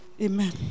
Amen